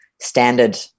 standard